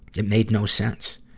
it made no sense.